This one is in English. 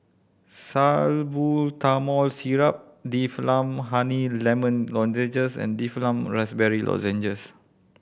Salbutamol Syrup Difflam Honey Lemon Lozenges and Difflam Raspberry Lozenges